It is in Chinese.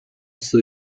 公司